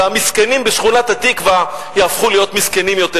והמסכנים בשכונת התקווה יהפכו להיות מסכנים יותר.